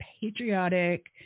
patriotic